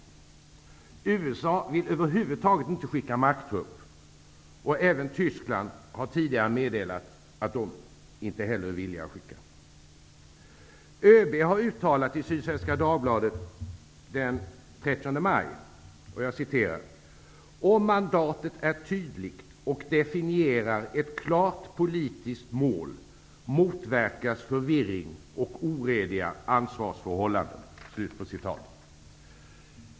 USA vill över huvud taget inte skicka marktrupp, och det har även Tyskland tidigare meddelat att man inte heller är villig att skicka. ÖB har i Sydsvenska Dagbladet den 30 maj uttalat: Om mandatet är tydligt och definierar ett klart politiskt mål motverkas förvirring och orediga ansvarsförhållanden.